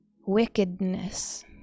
wickedness